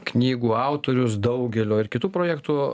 knygų autorius daugelio ir kitų projektų